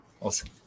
Awesome